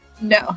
no